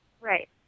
Right